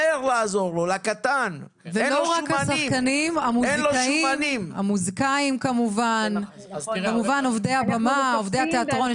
רק השחקנים אלא כל מי שעוטף את הנושא.